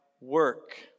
work